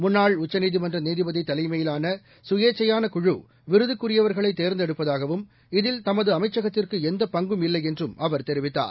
முன்னாள் உச்சநீதிமன்ற நீதிபதி தலைமையிலான கயேச்சையான குழு விருதுக்குரியவர்களை தேர்ந்தெடுப்பதாகவும் இதில் தமது அமைச்சகத்திற்கு எந்த பங்கும் இல்லை என்றும் அவர் தெரிவித்தார்